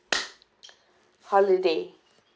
holiday